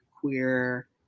queer